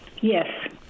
Yes